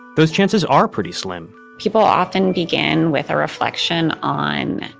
those chances are pretty slim people often begin with a reflection on,